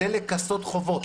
כדי לכסות חובות.